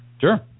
Sure